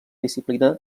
disciplina